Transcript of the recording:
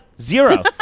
Zero